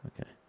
Okay